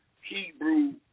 Hebrew